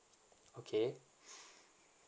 okay